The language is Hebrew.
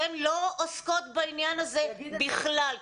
אתן לא עוסקות בעניין הזה בכלל.